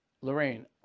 Lorraine